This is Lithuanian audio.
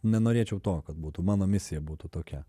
nenorėčiau to kad būtų mano misija būtų tokia